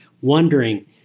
wondering